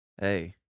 hey